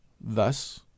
Thus